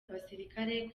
abasilikare